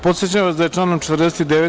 Podsećam vas da je članom 49.